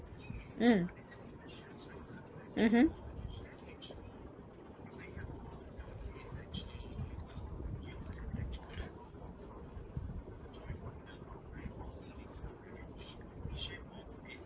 mm mmhmm